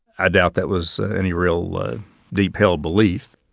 i doubt that was any real deep-held belief.